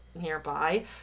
nearby